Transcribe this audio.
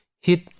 hit